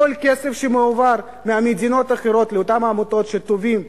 כל כסף שמועבר מהמדינות האחרות לאותן עמותות שתובעות